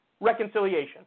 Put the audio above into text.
reconciliation